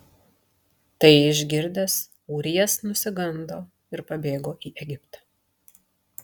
tai išgirdęs ūrijas nusigando ir pabėgo į egiptą